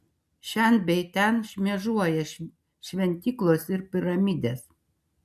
šen bei ten šmėžuoja šventyklos ir piramidės